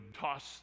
toss